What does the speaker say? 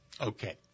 Okay